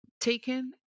taken